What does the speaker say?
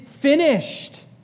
finished